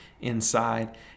inside